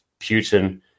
Putin